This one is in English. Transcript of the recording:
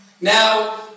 now